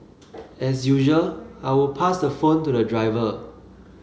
as usual I would pass the phone to the driver